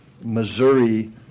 Missouri